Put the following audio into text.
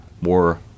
more